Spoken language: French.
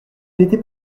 n’était